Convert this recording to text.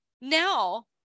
now